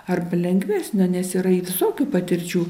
ar lengvesnio nes yra į visokių patirčių